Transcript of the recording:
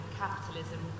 capitalism